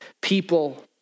People